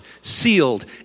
sealed